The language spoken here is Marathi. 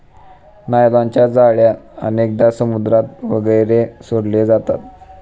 नायलॉनच्या जाळ्या अनेकदा समुद्रात वगैरे सोडले जातात